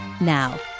Now